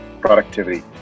productivity